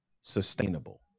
sustainable